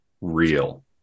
real